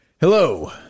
Hello